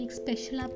special